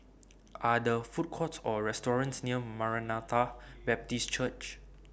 Are The Food Courts Or restaurants near Maranatha Baptist Church